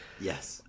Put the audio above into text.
Yes